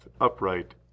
upright